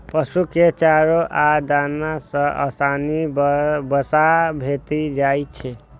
पशु कें चारा आ दाना सं आसानी सं वसा भेटि जाइ छै